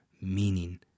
meaning